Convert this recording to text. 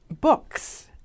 books